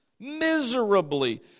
miserably